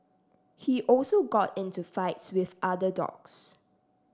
he also got into fights with other dogs